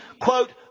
quote